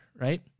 right